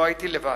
לא הייתי לבד.